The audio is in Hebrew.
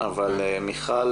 אבל מיכל